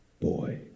boy